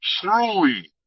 truly